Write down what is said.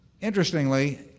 Interestingly